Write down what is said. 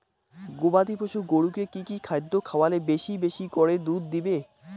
গবাদি পশু গরুকে কী কী খাদ্য খাওয়ালে বেশী বেশী করে দুধ দিবে?